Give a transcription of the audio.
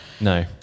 No